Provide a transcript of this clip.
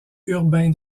urbain